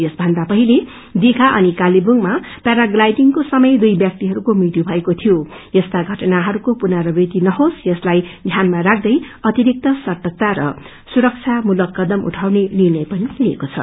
यसमन्दा पहिले दीषा अनि कालेघुझमा पैराग्लाईडिङको समय दुई व्यक्तिहरूको मृत्यु भएको थियो यस्ता पअनाहरूको पुग्ररावृति रहोस यलाई ध्यानामाराख्दै अतिरिक्त सर्तकता र सुरक्षामूलक कदम उठाउने निर्णय पनि लिइएको छ